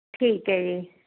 ਠੀਕ ਹੈ ਜੀ